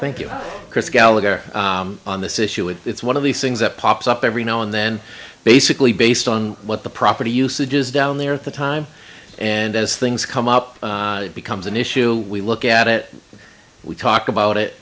thank you chris gallagher on this issue it's one of these things that pops up every now and then basically based on what the property usage is down there at the time and as things come up it becomes an issue we look at it and we talk about it